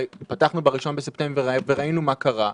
"פתחנו ב-1 בספטמבר וראינו מה קרה",